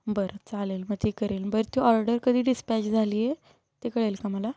बरं चालेल मग ते करेल बरं ती ऑर्डर कधी डिस्पॅच झाली आहे ते कळेल का मला